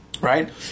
right